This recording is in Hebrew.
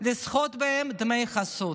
לסחוט מהם דמי חסות,